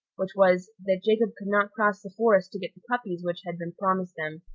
which was, that jacob could not cross the forest to get the puppies which had been promised them,